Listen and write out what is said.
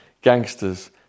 gangsters